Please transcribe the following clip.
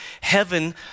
heaven